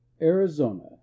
arizona